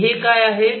आणि हे काय आहेत